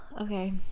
okay